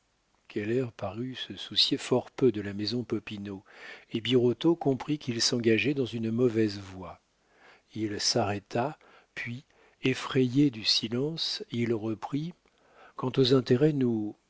qui keller parut se soucier fort peu de la maison popinot et birotteau comprit qu'il s'engageait dans une mauvaise voie il s'arrêta puis effrayé du silence il reprit quant aux intérêts nous